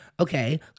Okay